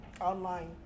online